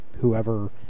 whoever